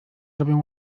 zrobią